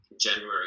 january